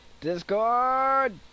Discord